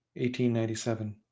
1897